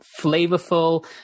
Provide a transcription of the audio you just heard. flavorful